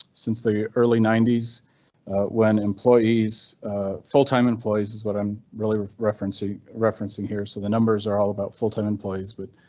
since the early ninety s when employees full-time employees is what i'm really referencing referencing here. so the numbers are all about full time employees, but